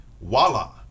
voila